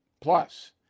Plus